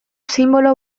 sinbolo